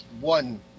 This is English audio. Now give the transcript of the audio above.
one